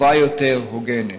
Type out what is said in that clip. טובה יותר, הוגנת.